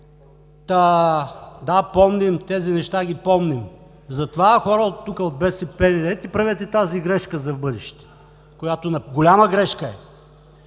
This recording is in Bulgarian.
Да, помним. Тези неща ги помним! Затова хора тук от БСП, недейте правете тази грешка за в бъдеще! Голяма грешка е!